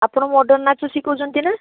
ଆପଣ ମଡ଼ର୍ଣ୍ଣ ନାଚ ଶିଖାଉଛନ୍ତି ନା